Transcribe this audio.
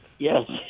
Yes